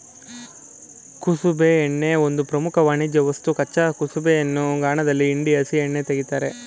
ಕುಸುಬೆ ಎಣ್ಣೆ ಒಂದು ಪ್ರಮುಖ ವಾಣಿಜ್ಯವಸ್ತು ಕಚ್ಚಾ ಕುಸುಬೆಯನ್ನು ಗಾಣದಲ್ಲಿ ಹಿಂಡಿ ಹಸಿ ಎಣ್ಣೆ ತೆಗಿತಾರೆ